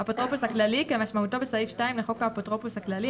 "האפוטרופוס הכללי" כמשמעותו בסעיף 2 לחוק האפוטרופוס הכללי,